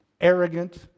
arrogant